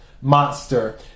monster